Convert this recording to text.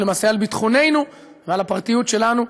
ולמעשה על ביטחוננו ועל הפרטיות שלנו,